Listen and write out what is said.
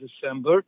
December